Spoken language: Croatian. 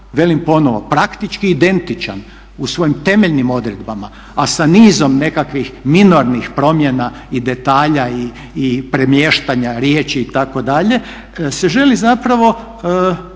velim ponovo praktički identičan u svojim temeljenim odredbama, a sa nizom nekakvih minornih promjena i detalja i premještanja riječi itd. se želi zapravo